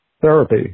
therapy